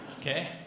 Okay